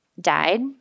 died